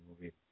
movie